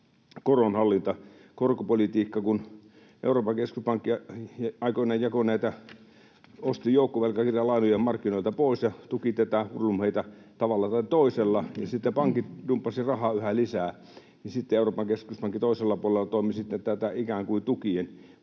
koronhallinta- ja korkopolitiikka. Kun Euroopan keskuspankki aikoinaan osti joukkovelkakirjalainoja markkinoilta pois ja tuki tätä hurlumheitä tavalla tai toisella ja sitten pankit dumppasivat rahaa yhä lisää, niin sitten Euroopan keskuspankki toisella puolella toimi ikään kuin tätä